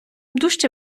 дужче